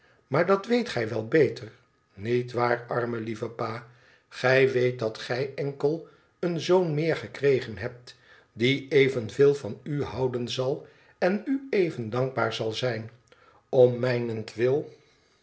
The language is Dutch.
maar dat weet gij wel beter niet waar arme lieve pa gij weet dat gij enkel een zoon meer gekregen hebt die evenveel van u houden zal en u even dankbaar zal zijn om mijnentwil